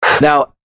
Now